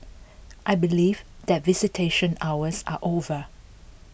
I believe that visitation hours are over